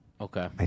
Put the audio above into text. Okay